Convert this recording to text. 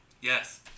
yes